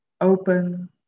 open